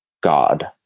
God